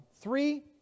three